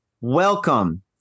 welcome